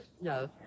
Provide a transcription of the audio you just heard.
No